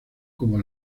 como